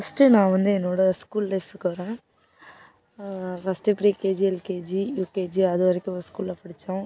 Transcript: first நான் வந்து என்னோட ஸ்கூல் லைஃபுக்கு வரேன் first pre KG LKG UKG அதுவரைக்கும் ஒரு ஸ்கூலில் படித்தோம்